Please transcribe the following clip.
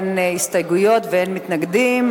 אין הסתייגויות ואין מתנגדים,